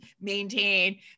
maintain